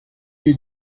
you